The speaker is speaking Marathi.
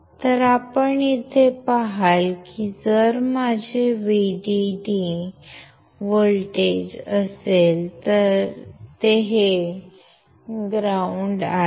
तर आपण येथे पहाल की जर VDD माझे व्होल्टेज असेल तर हे ग्राउंड आहे